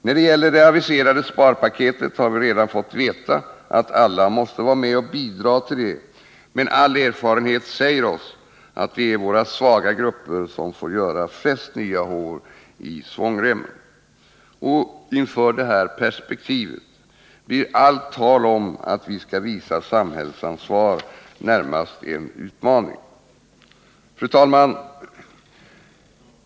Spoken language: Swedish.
När det gäller det aviserade sparpaketet har vi redan fått veta att alla måste vara med och bidra till det, men all erfarenhet säger oss att det är våra svaga grupper som får göra flest nya hål i svångremmen. Inför dessa perspektiv blir allt tal om att vi skall visa samhällsansvar närmast en utmaning. Fru talman!